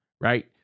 right